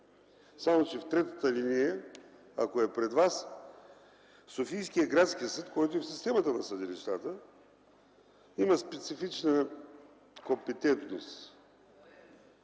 само че в ал. 3, ако е пред вас, Софийският градски съд, който е в системата на съдилищата, има специфична компетентност